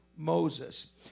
Moses